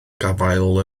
gafael